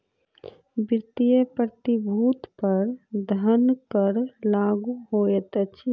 वित्तीय प्रतिभूति पर धन कर लागू होइत अछि